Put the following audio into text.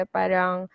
parang